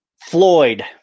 Floyd